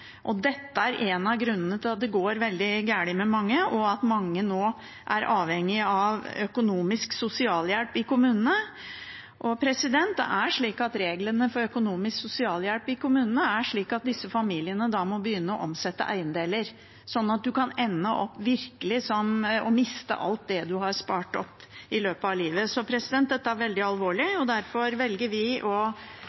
familiene. Dette er en fattigdomsmaskin. Boligmarkedet er det. Dette er en av grunnene til at det går veldig galt med mange, og at mange nå er avhengig av økonomisk sosialhjelp i kommunene. Reglene for økonomisk sosialhjelp i kommunene er slik at disse familiene må begynne å omsette eiendeler, så man kan ende opp med virkelig å miste alt det man har spart opp i løpet av livet. Dette er veldig alvorlig,